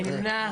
מי נמנע?